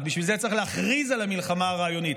רק בשביל זה צריך להכריז על המלחמה הרעיונית,